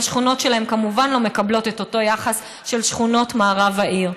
והשכונות שלהם כמובן לא מקבלות את אותו יחס של שכונות מערב העיר.